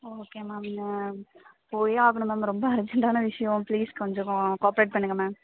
okay ma'am போயே ஆகணும் ma'am ரொம்ப அர்ஜென்ட்டான விஷயம் ப்ளீஸ் கொஞ்சம் கோஆப்பரேட் பண்ணுங்கள் மேம்